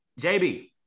JB